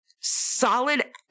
Solid